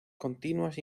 continuas